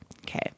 Okay